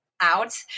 out